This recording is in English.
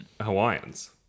Hawaiians